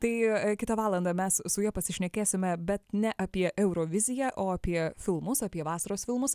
tai kitą valandą mes su ja pasišnekėsime bet ne apie euroviziją o apie filmus apie vasaros filmus